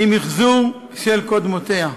היא מִחזור של קודמותיה.